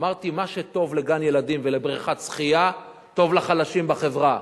אמרתי: מה שטוב לגן-ילדים ולבריכת שחייה טוב לחלשים בחברה.